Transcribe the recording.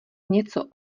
něco